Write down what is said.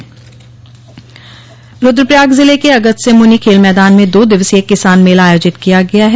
किसान मेला रूद्रप्रयाग जिले के अगस्त्यमुनि खेल मैदान में दो दिवसीय किसान मेला आयोजित किया गया है